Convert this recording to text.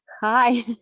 hi